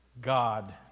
God